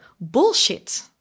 Bullshit